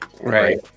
right